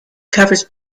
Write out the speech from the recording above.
covers